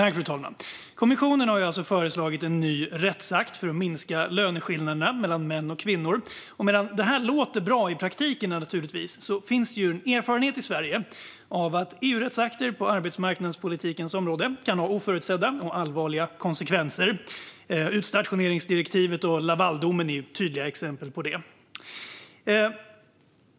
Fru talman! Kommissionen har alltså föreslagit en ny rättsakt för att minska löneskillnaderna mellan män och kvinnor. Detta låter naturligtvis bra i praktiken, men det finns i Sverige erfarenhet av att EU-rättsakter på arbetsmarknadspolitikens område kan ha oförutsedda och allvarliga konsekvenser. Utstationeringsdirektivet och Lavaldomen är tydliga exempel på detta.